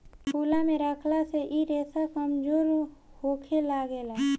खुलला मे रखला से इ रेसा कमजोर होखे लागेला